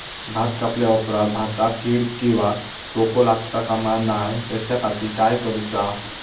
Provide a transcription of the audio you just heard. भात कापल्या ऑप्रात भाताक कीड किंवा तोको लगता काम नाय त्याच्या खाती काय करुचा?